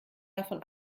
davon